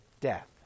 death